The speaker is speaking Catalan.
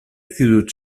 actitud